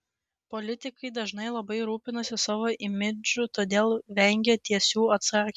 politikai dažnai labai rūpinasi savo imidžu todėl vengia tiesių atsakymų